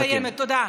אני מסיימת, תודה.